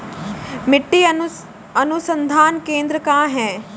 मिट्टी अनुसंधान केंद्र कहाँ है?